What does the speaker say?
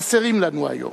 חסרים לנו היום,